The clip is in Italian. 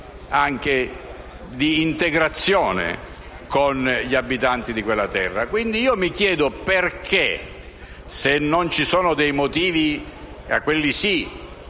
e di integrazione con gli abitanti di quella terra. Mi chiedo quindi perché, se non ci sono motivi - quelli sì